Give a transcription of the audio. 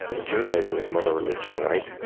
judaism is mono-religion, right?